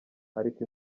ariko